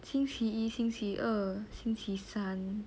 星期一星期二星期三